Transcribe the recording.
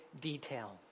detail